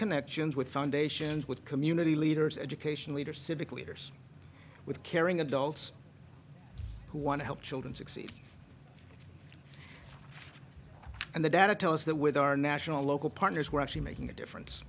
connections with foundations with community leaders education leaders civic leaders with caring adults who want to help children succeed and the data tell us that with our national local partners we're actually making a difference